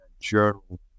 journal